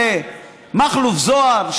שמכלוף זוהר,